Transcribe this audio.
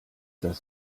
das